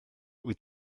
wyt